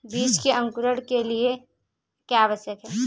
बीज के अंकुरण के लिए क्या आवश्यक है?